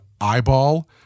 eyeball